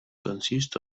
consists